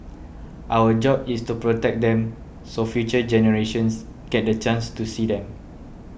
our job is to protect them so future generations get the chance to see them